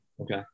Okay